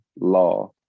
law